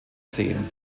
seen